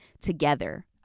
together